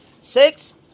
six